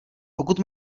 pokud